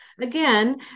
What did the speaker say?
again